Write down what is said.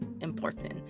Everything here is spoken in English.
important